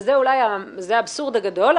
וזה אולי האבסורד הגדול,